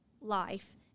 Life